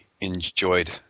enjoyed